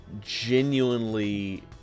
genuinely